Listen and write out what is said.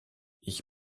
ich